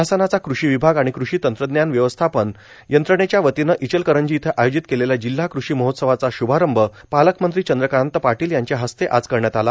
शासनाचा कृषि विभाग आर्गाण कृषि तंत्रज्ञान व्यवस्थापन यंत्रणेच्या वतीनं इचलकरंजी इथं आयोजित केलेल्या जिल्हा कृषि महोत्सवाचा शुभारंभ पालकमंत्री चंद्रकांत पाटील यांच्या हस्ते आज करण्यात आला